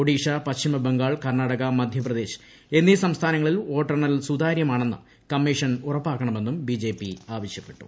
ഒഡീഷ പശ്ചിമബംഗാൾ കർണാടക മധ്യപ്രദേശ് എന്നീ സംസ്ഥാനങ്ങളിൽ വോട്ടെണ്ണൽ സുതാര്യമാണെന്ന് കമ്മീഷൻ ഉറപ്പാക്കമെന്നും ബിജെപി ആവശ്യപ്പെട്ടു